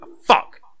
fuck